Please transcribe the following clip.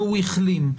והוא החלים,